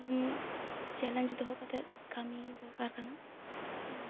ᱯᱨᱚᱛᱷᱚᱢ ᱪᱮᱞᱮᱱᱡᱽ ᱫᱚᱦᱚ ᱠᱟᱛᱮ ᱠᱟᱹᱢᱤ ᱫᱚᱨᱠᱟᱨ ᱠᱟᱱᱟ ᱟᱨ